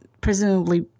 presumably